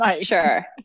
Sure